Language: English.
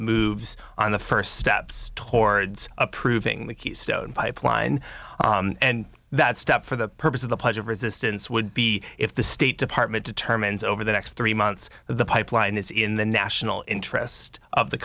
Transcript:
moves on the first steps towards approving the keystone pipeline and that step for the purpose of the pledge of resistance would be if the state department determines over the next three months the pipeline is in the national interest of the